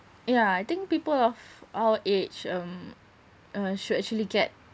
yeah I think people of our age um uh should actually get